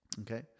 Okay